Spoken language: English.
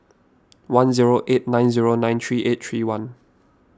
one zero eight nine zero nine three eight three one